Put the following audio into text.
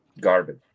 Garbage